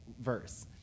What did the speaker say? verse